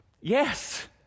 Yes